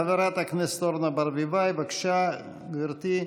חברת הכנסת אורנה ברביבאי, בבקשה, גברתי.